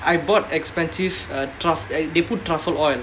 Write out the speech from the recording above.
I bought expensive uh truf~ uh they put truffle oil